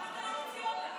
למה אתה לא מוציא אותה?